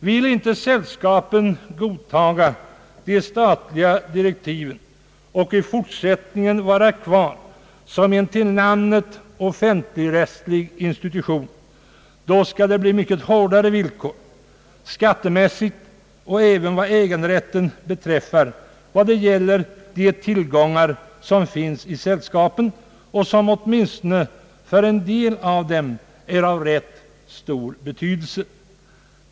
Vill inte sällskapen godtaga de statliga direktiven och i fortsättningen stå kvar som en till namnet offentligrättslig institution skall det bli mycket hårdare villkor skattemässigt och även vad äganderätten beträffar när det gäller :sällskapens tillgångar, som åtminstone i några fall är av rätt stor betydelse.